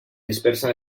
dispersa